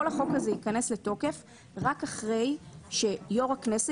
כל החוק הזה יכנס לתוקף רק אחרי שיו"ר הכנסת,